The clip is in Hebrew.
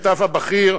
השותף הבכיר,